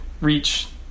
reach